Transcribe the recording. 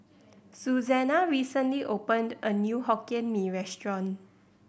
Suzanna recently opened a new Hokkien Mee restaurant